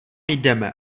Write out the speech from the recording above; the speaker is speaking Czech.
jdeme